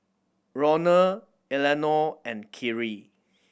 Ronald Eleanore and Kerrie